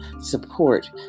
support